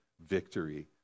victory